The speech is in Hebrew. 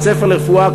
בית-ספר לרפואה,